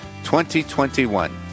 2021